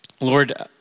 Lord